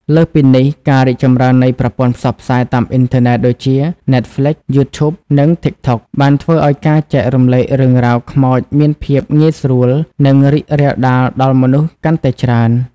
លើសពីនេះ ការរីកចម្រើននៃ ប្រព័ន្ធផ្សព្វផ្សាយតាមអ៊ីនធឺណិត ដូចជា Netflix, YouTube និង Tik Tok បានធ្វើឱ្យការចែករំលែករឿងរ៉ាវខ្មោចមានភាពងាយស្រួលនិងរីករាលដាលដល់មនុស្សកាន់តែច្រើន។